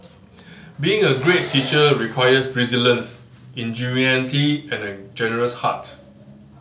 being a great teacher requires resilience ingenuity and a generous heart